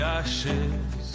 ashes